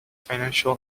financial